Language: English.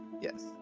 Yes